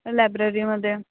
लायब्ररीमध्ये